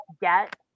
get